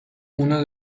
una